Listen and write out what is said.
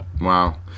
Wow